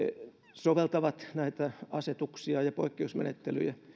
soveltavat näitä asetuksia ja poikkeusmenettelyjä